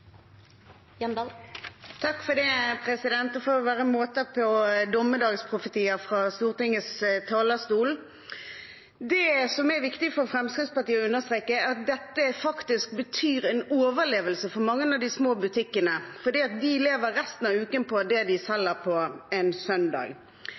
viktig for Fremskrittspartiet å understreke, er at dette faktisk betyr overlevelse for mange av de små butikkene, fordi de lever resten av uken på det de